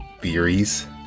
theories